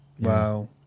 Wow